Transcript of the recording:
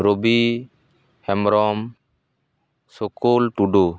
Robi Hembrom Sukol Tudu